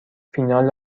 فینال